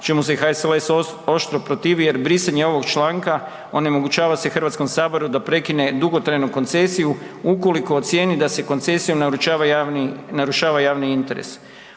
čemu se HSLS oštro protivi jer brisanje ovog članka onemogućava se Hrvatskom saboru da prekine dugotrajnu koncesiju ukoliko ocijeni da se koncesijom narušava javni interes.